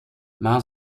maar